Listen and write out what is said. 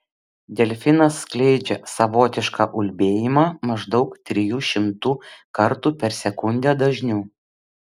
delfinas skleidžia savotišką ulbėjimą maždaug trijų šimtų kartų per sekundę dažniu